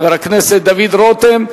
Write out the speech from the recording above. חבר הכנסת דוד רותם,